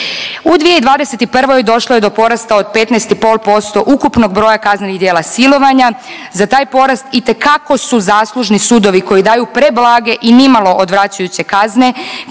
U 2021. došlo je do porasta od 15,5% ukupnog broja kaznenih djela silovanja, za taj porast itekako su zaslužni sudovi koji daju preblage i nimalo odvraćajuće kazne